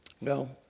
No